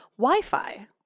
Wi-Fi